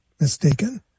mistaken